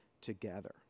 together